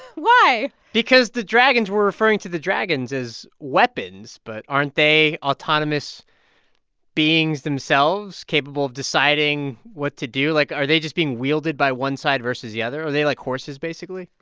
why? because the dragons we're referring to the dragons as weapons, but aren't they autonomous beings themselves, capable of deciding what to do? like, are are they just being wielded by one side versus the other? are they like horses, basically?